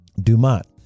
Dumont